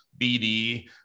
BD